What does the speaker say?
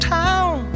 town